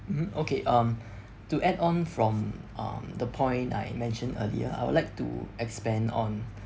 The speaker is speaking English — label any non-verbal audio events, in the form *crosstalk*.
mm okay um *breath* to add on from um the point I mentioned earlier I would like to expand on